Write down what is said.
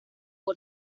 por